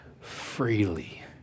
freely